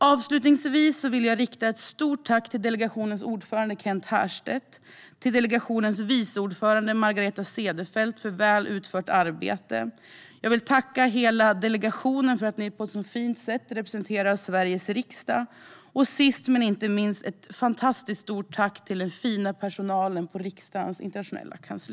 Avslutningsvis vill jag rikta ett stort tack till delegationens ordförande Kent Härstedt och till delegationens vice ordförande Margareta Cederfelt för väl utfört arbete. Jag vill tacka hela delegationen för att ni på ett så fint sätt representerar Sveriges riksdag. Och sist men inte minst: Ett fantastiskt stort tack till den fina personalen på riksdagens internationella kansli!